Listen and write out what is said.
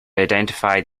identify